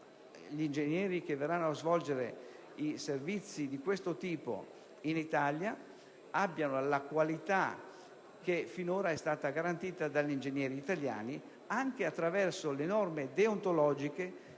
gli ingegneri che verranno a svolgere servizi di questo tipo in Italia abbiano la qualità che finora è stata garantita dagli ingegneri italiani anche attraverso norme deontologiche che